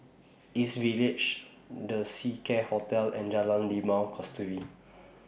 East Village The Seacare Hotel and Jalan Limau Kasturi